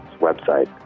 website